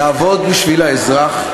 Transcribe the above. לעבוד בשביל האזרח,